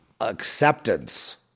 acceptance